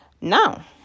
Now